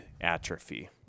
atrophy